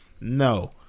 No